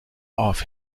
off